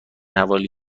حوالی